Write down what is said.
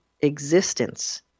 existence